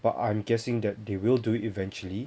but I'm guessing that they will do it eventually